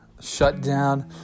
shutdown